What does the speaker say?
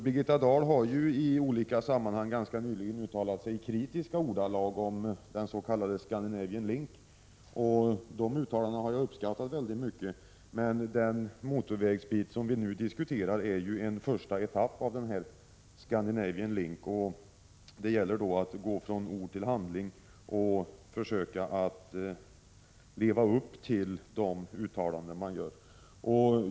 Birgitta Dahl har i olika sammanhang nyligen uttalat sig i kritiska ordalag om Scandinavian Link. De uttalandena har jag uppskattat väldigt mycket. Men denna motorvägsdel som vi nu diskuterar är en första etapp i Scandinavian Link. Det gäller att gå från ord till handling och försöka att leva upp till de uttalanden som man gjort.